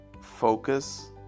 focus